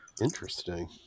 Interesting